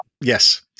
Yes